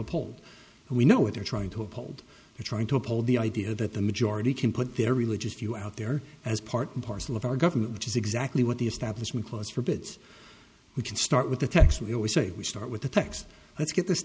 uphold we know what they're trying to uphold they're trying to uphold the idea that the majority can put their religious view out there as part and parcel of our government which is exactly what the establishment clause forbids which is start with the text we always say we start with the text let's get this